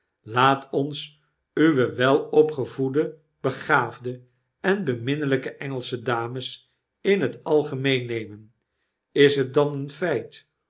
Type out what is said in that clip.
laat ons uwe welopgevoede begaafde en beminnelpe engelsche dames in het algemeen nemen is het dan een feit